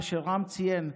מה שרם ציין,